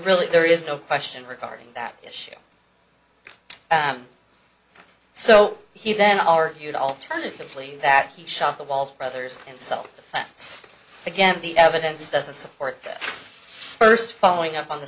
really there is no question regarding that issue so he then argued alternatively that he shot the balls brothers and self defense again the evidence doesn't support first following up on the